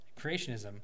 creationism